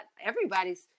everybody's